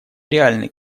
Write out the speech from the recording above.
реальный